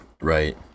right